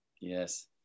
yes